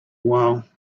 while